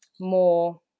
more